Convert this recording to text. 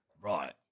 Right